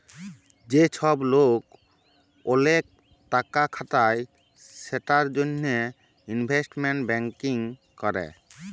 যে চ্ছব লোক ওলেক টাকা খাটায় সেটার জনহে ইলভেস্টমেন্ট ব্যাঙ্কিং ক্যরে